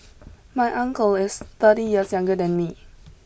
my uncle is thirty years younger than me